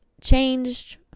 changed